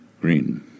Green